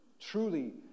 truly